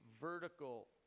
vertical